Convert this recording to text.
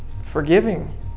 forgiving